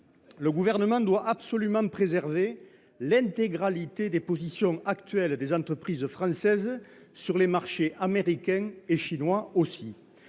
Le Gouvernement doit absolument préserver dans leur intégralité les positions actuelles des entreprises françaises sur les marchés américain et chinois.